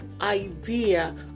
idea